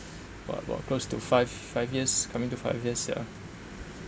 what about close to five five years coming to five years ya